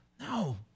no